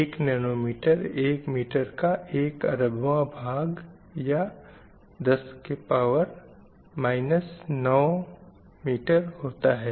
एक nanometre एक metre का एक अरबवाँ भाग या 10 9m होता है